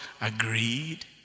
agreed